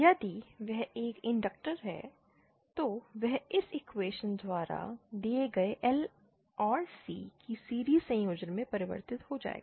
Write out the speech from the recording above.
यदि वह एक इंडक्टर है तो वह इस इक्वेशन द्वारा दिए गए L और C की सीरिज़ संयोजन में परिवर्तित हो जाएगा